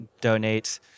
donate